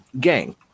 gang